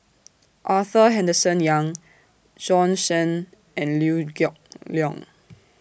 Arthur Henderson Young Bjorn Shen and Liew Geok Leong